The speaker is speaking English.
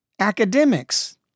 academics